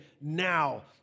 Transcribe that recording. now